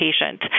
patient